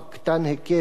קטן-היקף,